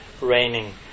raining